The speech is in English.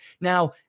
Now